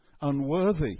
unworthy